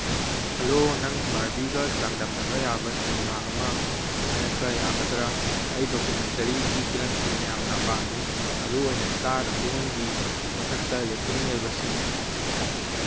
hello ꯅꯪ ꯕꯥꯔꯕꯤꯒ ꯆꯥꯡꯗꯝꯅꯕ ꯌꯥꯕ ꯁꯤꯅꯤꯃꯥ ꯑꯃ ꯍꯥꯏꯔꯛꯄ ꯌꯥꯒꯗ꯭ꯔꯥ ꯑꯩ ꯗꯣꯀꯨꯃꯦꯟꯇꯔꯤꯒꯤ ꯐꯤꯂꯝꯁꯤꯡ ꯌꯥꯝꯅ ꯄꯥꯝꯃꯤ ꯃꯔꯨꯑꯣꯏꯅ ꯏꯁꯇꯥꯔ ꯑꯍꯨꯝꯒꯤ ꯃꯊꯛꯇ ꯔꯦꯇꯤꯡ ꯂꯩꯕꯁꯤꯡꯗ